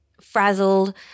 Frazzled